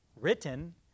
written